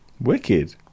Wicked